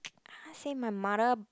say my mother